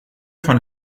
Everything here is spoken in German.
von